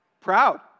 Proud